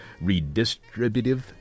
redistributive